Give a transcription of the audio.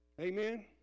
Amen